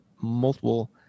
multiple